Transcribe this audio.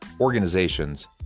organizations